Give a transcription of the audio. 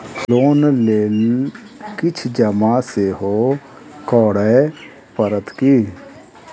Loan लेल किछ जमा सेहो करै पड़त की?